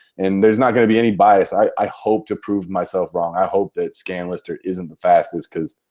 and there's not going to be any bias. i hope to prove myself wrong. i hope that scanlister isn't the fastest because